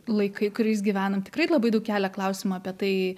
laikai kuriais gyvenam tikrai labai daug kelia klausimą apie tai